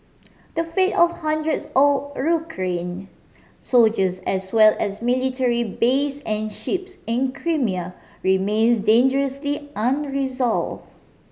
the fate of hundreds of soldiers as well as military base and ships in Crimea remains dangerously unresolved